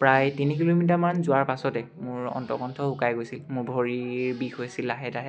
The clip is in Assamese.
প্ৰায় তিনি কিলোমিটাৰমান যোৱাৰ পাছতে মোৰ অণ্ঠ কণ্ঠ শুকাই গৈছিল মোৰ ভৰি বিষ হৈছিল লাহে লাহে